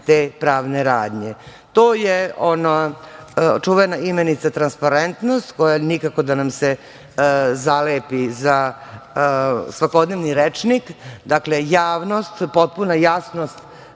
te pravne radnje. To je ona čuvena imenica transparentnost, koja nikako da nam se zalepi za svakodnevni rečnik, dakle, javnost, potpuna jasnost